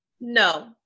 No